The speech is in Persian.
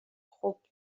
خوب